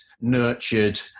nurtured